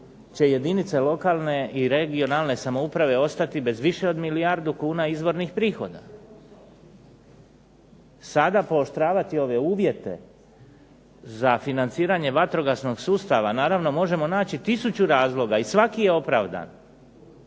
će jedince lokalne i područne (regionalne) samouprave ostati bez više od milijardu kuna izvornih prihoda. Sada pooštravati ove uvjete za financiranje vatrogasnog sustava naravno možemo naći tisuću razloga i svaki je opravdan,